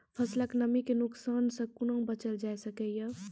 फसलक नमी के नुकसान सॅ कुना बचैल जाय सकै ये?